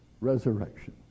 resurrection